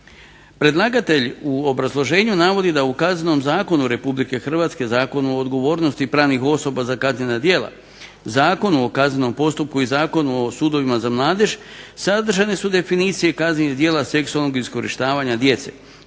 Predlagatelj u obrazloženju navodi da u Kaznenom zakonu RH Zakonu o odgovornosti pravnih osoba za kaznena djela, Zakonom o kaznenom postupku i Zakonu o sudovima za mladež sadržane su definicije kaznenih djela seksualnih iskorištavanja djece.